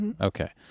okay